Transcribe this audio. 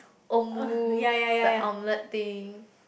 Omuru the omelette thing